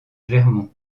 clermont